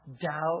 doubt